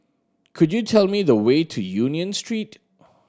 could you tell me the way to Union Street